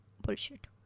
bullshit